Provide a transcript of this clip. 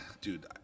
dude